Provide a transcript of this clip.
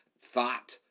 thought